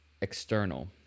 external